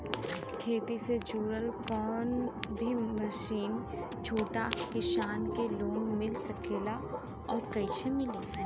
खेती से जुड़ल कौन भी मशीन छोटा किसान के लोन मिल सकेला और कइसे मिली?